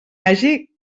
hagi